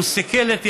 הוא שיכל את ידיו.